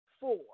four